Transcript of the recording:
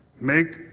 Make